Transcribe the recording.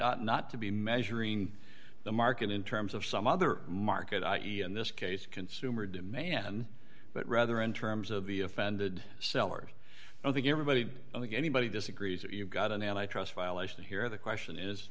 ought not to be measuring the market in terms of some other market i e in this case consumer demand but rather in terms of the offended sellers i think everybody anybody disagrees that you've got an antitrust violation here the question is